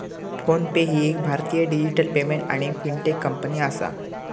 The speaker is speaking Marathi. फोन पे ही एक भारतीय डिजिटल पेमेंट आणि फिनटेक कंपनी आसा